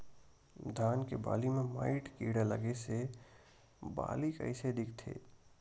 धान के बालि म माईट कीड़ा लगे से बालि कइसे दिखथे?